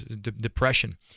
depression